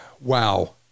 wow